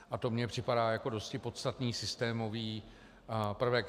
A to mně připadá jako dosti podstatný systémový prvek.